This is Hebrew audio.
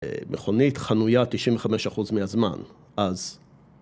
מכונית חנויה 95% מהזמן, אז